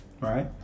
right